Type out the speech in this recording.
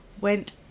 went